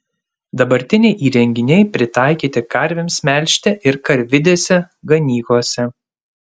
dabartiniai įrenginiai pritaikyti karvėms melžti ir karvidėse ganyklose